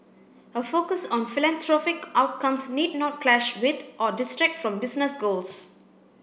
a focus on philanthropic outcomes need not clash with or distract from business goals